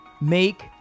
Make